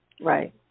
Right